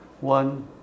One